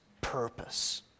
purpose